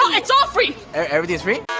it's all free everything's free?